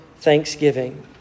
thanksgiving